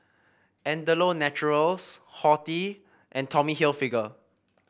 Andalou Naturals Horti and Tommy Hilfiger